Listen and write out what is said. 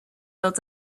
built